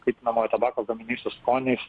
kaitinamo tabako gaminiai su skoniais